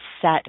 set